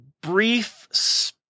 brief